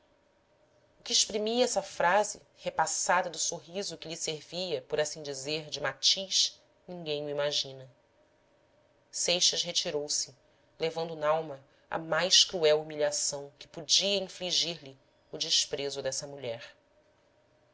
exprimia essa frase repassada do sorriso que lhe servia por assim dizer de matiz ninguém o imagina seixas retirou-se levando nalma a mais cruel humilhação que podia infligir lhe o desprezo dessa mulher